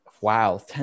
wow